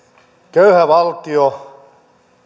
köyhä valtio